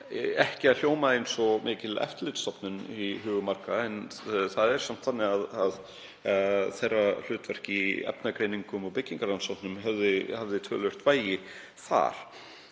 ekki að hljóma eins og mikil eftirlitsstofnun í hugum margra, en það er samt þannig að hlutverk hennar í efnagreiningum og byggingarrannsóknum hafði töluvert vægi þar.